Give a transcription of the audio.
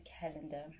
calendar